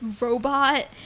robot